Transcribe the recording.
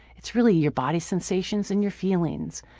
it's really your body sensations and your feelings.